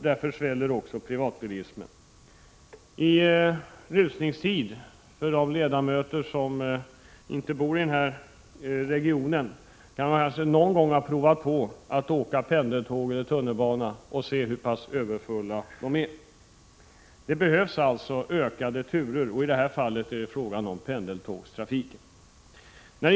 Därför sväller privatbilismen. Jag kan rekommendera de ledamöter som inte bor i regionen att någon gång prova på att åka pendeltåg eller tunnelbana i rusningstid och se hur överfulla de är. Det behövs alltså ökade turer. I det här fallet är det fråga om pendeltågstrafiken.